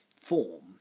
form